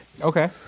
okay